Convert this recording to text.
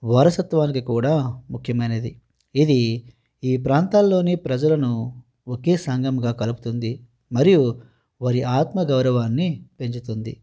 వారసత్వానికి కూడా ముఖ్యమైనది ఇది ఈ ప్రాంతాల్లోని ప్రజలను ఒకే సంఘముగా కలుపుతుంది మరియు వారి ఆత్మ గౌరవాన్ని పెంచుతుంది